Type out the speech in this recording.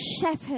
shepherd